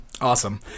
Awesome